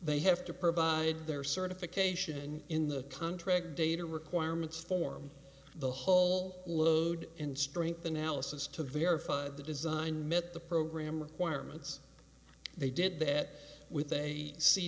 they have to provide their certification in the contract data requirements form the whole load and strength analysis to verify the design met the program fireman's they did that with a c